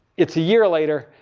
it's a year later,